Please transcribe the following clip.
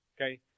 okay